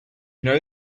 know